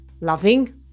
loving